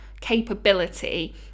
capability